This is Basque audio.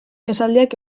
esaldiak